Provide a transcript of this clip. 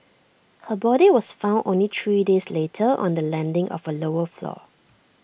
her body was found only three days later on the landing of A lower floor